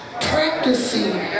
practicing